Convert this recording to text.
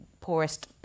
poorest